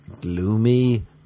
gloomy